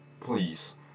Please